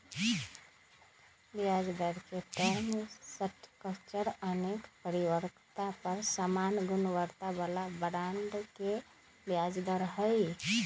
ब्याजदर के term structure अनेक परिपक्वता पर समान गुणवत्ता बला बॉन्ड के ब्याज दर हइ